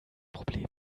problem